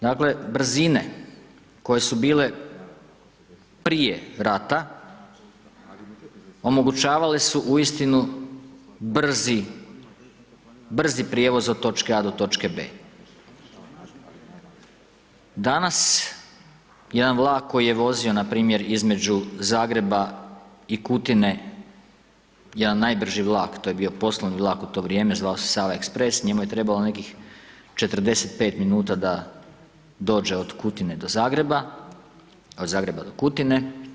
Dakle, brzine koje su bile prije rata, omogućavale su uistinu brzi prijevoz od točke A do točke B. Danas, jedan vlak koji je vozio npr. između Zagreba i Kutine, jedan najbrži vlak, to je bio poslovni vlak u to vrijeme, zvao se Sava express, njemu je trebalo nekih 45 min. da dođe od Kutine do Zagreba, od Zagreba do Kutine.